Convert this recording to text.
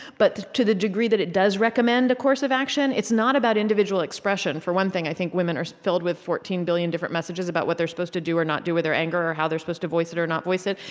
but to the degree that it does recommend a course of action, it's not about individual expression. for one thing, i think women are filled with fourteen billion different messages about what they're supposed to do or not do with their anger or how they're supposed to voice it or not voice it,